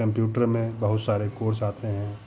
computer में बहुत सारे कोर्स आते हैं